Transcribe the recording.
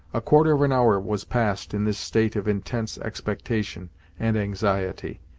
a quarter of an hour was passed in this state of intense expectation and anxiety,